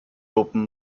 dopen